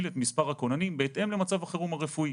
את מספר הכוננים בהתאם למצב החירום הרפואי.